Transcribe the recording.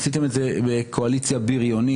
עשיתם את זה בקואליציה בריונית,